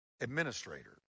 Administrator